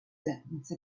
sentence